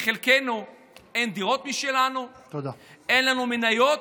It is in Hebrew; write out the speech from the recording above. לחלקנו אין דירות משלנו, אין לנו מניות,